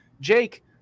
Jake